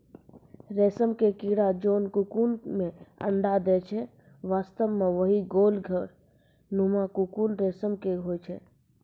रेशम के कीड़ा जोन ककून मॅ अंडा दै छै वास्तव म वही गोल घर नुमा ककून रेशम के होय छै